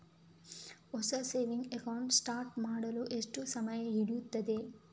ಹೊಸ saving account start ಮಾಡಲು ಎಷ್ಟು ಸಮಯ ಹಿಡಿಯುತ್ತದೆ?